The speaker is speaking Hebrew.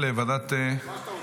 לוועדת --- מה שאתה רוצה,